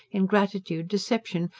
ingratitude, deception,